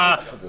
אני אגיד לך.